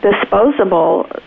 disposable